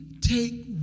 take